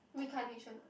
reincarnation ah